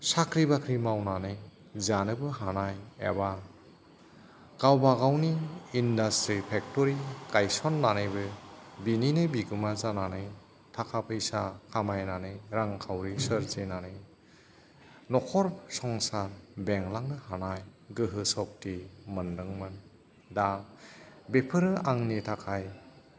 साख्रि बाख्रि मावनानै जानोबो हानाय एबा गावबागावनि इन्डाष्ट्रि फेक्ट'री गायसननानैबो बिनिनो बिगोमा जानानै थाखा फैसा खामायनानै रांखावरि सोरजिनानै नखर संसार बेंलांनो हानाय गोहो शक्ति मोनदोंमोन दा बेफोरो आंनि थाखाय